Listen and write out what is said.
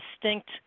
distinct